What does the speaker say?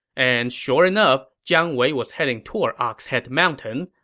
and sure enough, jiang wei was heading toward ox head mountain,